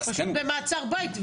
פשוט במעצר בית,